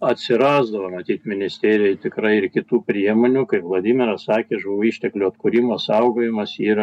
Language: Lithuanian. atsirasdavo matyt ministerijoj tikrai ir kitų priemonių kaip vladimiras sakė žuvų išteklių atkūrimo saugojimas yra